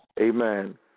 Amen